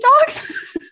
dogs